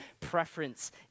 preference